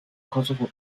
kosovo